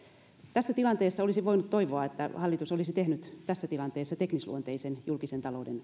tässä tilanteessa olisi voinut toivoa että hallitus olisi tehnyt teknisluonteisen julkisen talouden